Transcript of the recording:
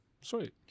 sweet